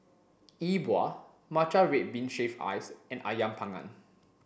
Yi Bua Matcha Red Bean Shaved Ice and Ayam panggang